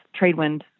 Tradewind